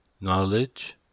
Knowledge